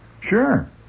Sure